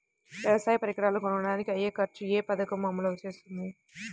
వ్యవసాయ పరికరాలను కొనడానికి అయ్యే ఖర్చు ఏ పదకము అమలు చేస్తుంది?